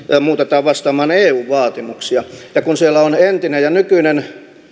muutetaan vastaamaan eu vaatimuksia kun siellä on entinen ja nykyinen